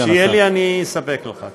כשיהיה לי, אספק לך.